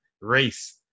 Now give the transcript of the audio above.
race